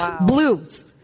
Blues